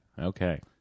Okay